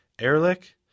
Ehrlich